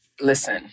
listen